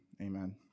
amen